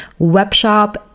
webshop